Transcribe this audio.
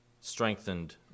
strengthened